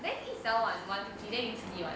then 一小碗 one fifty then 你吃几碗